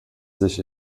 sich